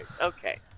Okay